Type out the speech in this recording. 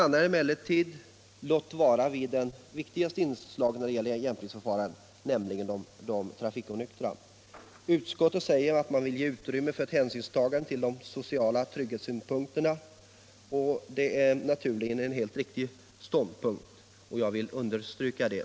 När det gäller jämkningsförfarandet nöjer sig utskottet emellertid med de trafikonyktra, och det är också den viktigaste gruppen i detta sammanhang. Man säger att man vill ge utrymme för ett hänsynstagande till de sociala trygghetssynpunkterna, och det är en helt riktig ståndpunkt — jag vill understryka det.